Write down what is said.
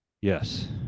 yes